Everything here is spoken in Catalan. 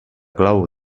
clau